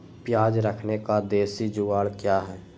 प्याज रखने का देसी जुगाड़ क्या है?